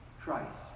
Christ